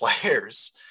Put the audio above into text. players